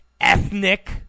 ethnic